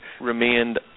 remained